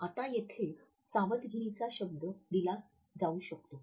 आता येथे सावधगिरीचा शब्द दिला जाऊ शकतो